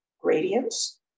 gradients